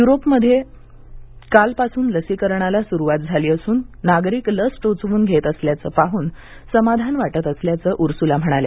युरोपमध्ये कालपासून लसीकरणाला सुरुवात झाली असून नागरिक लस टोचवून घेत असल्याचं पाहून समाधान वाटत असल्याचं उर्सुला म्हणाल्या